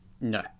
No